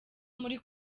muri